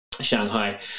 Shanghai